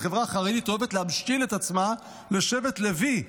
החברה החרדית אוהבת להמשיל את עצמה לשבט לוי.